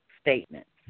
statements